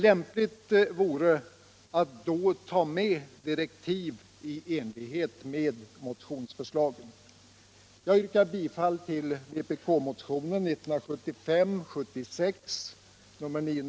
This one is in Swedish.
Det vore då lämpligt att ta med direktiv i enlighet med motionsförslagen.